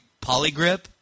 Polygrip